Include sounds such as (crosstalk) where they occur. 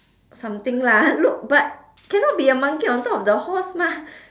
something lah (laughs) look but cannot be a monkey on top of the horse mah